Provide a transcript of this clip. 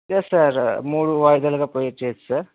yes sir మూడు వాయిదాలుగా pay చేయొచ్చు సార్